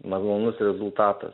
malonus rezultatas